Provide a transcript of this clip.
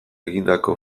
egindako